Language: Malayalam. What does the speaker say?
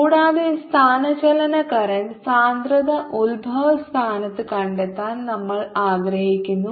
കൂടാതെ സ്ഥാനചലന കറന്റ് സാന്ദ്രത ഉത്ഭവസ്ഥാനത്ത് കണ്ടെത്താൻ നമ്മൾ ആഗ്രഹിക്കുന്നു